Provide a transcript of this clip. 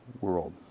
world